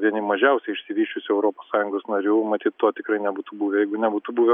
vieni mažiausiai išsivysčiusių europos sąjungos narių matyt to tikrai nebūtų buvę jeigu nebūtų buvę